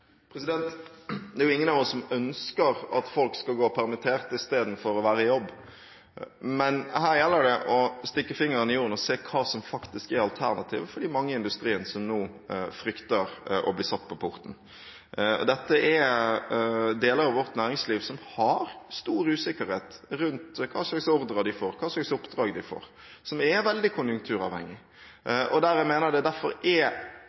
Ingen av oss ønsker at folk skal gå permittert istedenfor å være i jobb. Men her gjelder det å stikke fingeren i jorden og se hva som faktisk er alternativet for de mange i industrien som nå frykter å bli satt på porten. Dette er deler av vårt næringsliv som har stor usikkerhet rundt hva slags ordrer de får, hva slags oppdrag de får, som er veldig konjunkturavhengig, og der jeg mener det derfor er